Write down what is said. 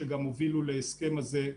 שגם הובילו להסכם הזה,